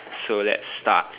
so let's start